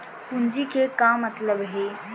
पूंजी के का मतलब हे?